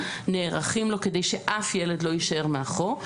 נערכים לו כדי שאף ילד לא יישאר מאחור.